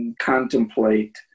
contemplate